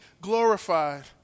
glorified